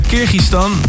Kyrgyzstan